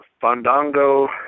Fandango